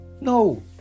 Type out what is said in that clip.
No